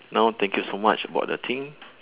now thank you so much about the thing